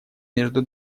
между